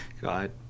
god